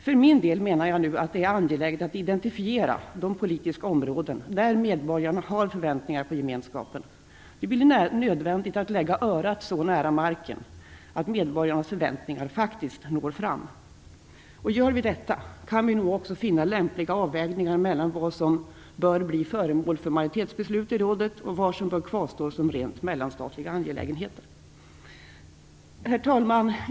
För min del menar jag nu att det är angeläget att identifiera de politiska områden där medborgarna har förväntningar på gemenskapen. Det blir nödvändigt att lägga örat så nära marken att medborgarnas förväntningar faktiskt når fram. Gör vi detta kan vi nog också finna lämpliga avvägningar mellan vad som bör bli föremål för majoritetsbeslut i rådet och vad som bör kvarstå som rent mellanstatliga angelägenheter. Herr talman!